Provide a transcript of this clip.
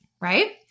right